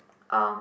um